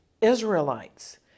Israelites